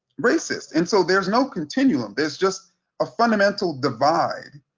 racist. and so there's no continuum, there's just a fundamental divide,